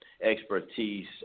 expertise